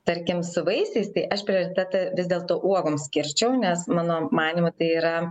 tarkim su vaisiais tai aš prioritetą vis dėlto uogom skirčiau nes mano manymu tai yra